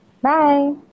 Bye